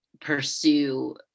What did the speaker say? pursue